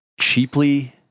cheaply